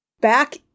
Back